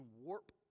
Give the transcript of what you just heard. warp